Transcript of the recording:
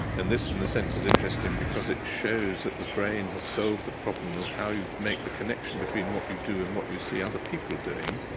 and this in a sense is interesting because it shows that the brain has solved the problem of how you make the connection between what you do and what you see other people doing,